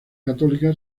católica